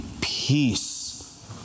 peace